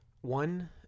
One